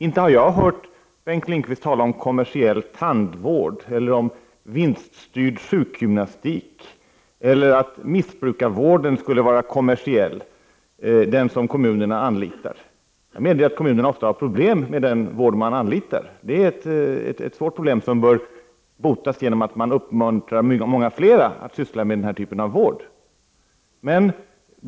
Inte har jag hört Bengt Lindqvist tala om kommersiell tandvård eller vinststyrd sjukgymnastik eller om att den missbrukarvård som kommunerna anlitar skulle vara kommersiell. Jag medger att kommunerna ofta har problem med den vård som det gäller — det är ett svårt problem, som bör botas genom att man uppmuntrar många flera att syssla med denna typ av vård.